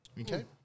Okay